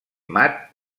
mat